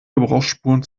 gebrauchsspuren